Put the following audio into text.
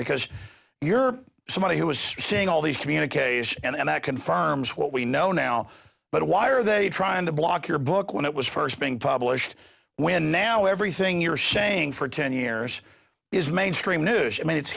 because you're somebody who was saying all these communiques and that confirms what we know now but why are they trying to block your book when it was first being published when now everything you're saying for ten years is mainstream news i mean it's